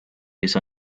kes